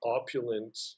opulent